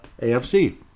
AFC